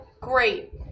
great